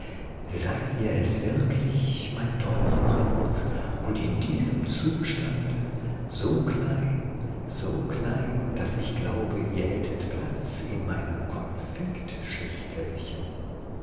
seid ihr es wirklich mein teurer prinz und in diesem zustande so klein so klein daß ich glaube ihr hättet platz in meinem